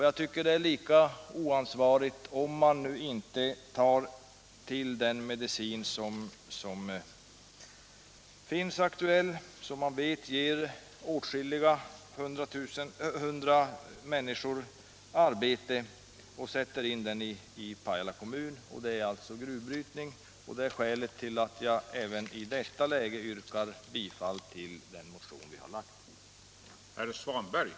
Jag tycker det är lika oansvarigt om man nu inte sätter in den medicin som finns aktuell och som man vet ger åtskilliga hundratal nänniskor arbete i Pajala kommun =— alltså gruv brytning. Det är skälet till att jag även i detta läge yrkar bifall till den motion som vi har väckt.